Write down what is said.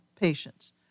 patients